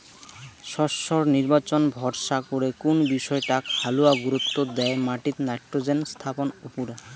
শস্যর নির্বাচন ভরসা করে কুন বিষয়টাক হালুয়া গুরুত্ব দ্যায় মাটিত নাইট্রোজেন স্থাপন উপুরা